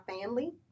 family